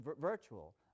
virtual